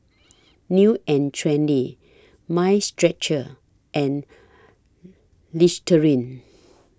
New and Trendy Mind Stretcher and Listerine